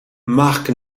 marc